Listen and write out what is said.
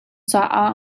caah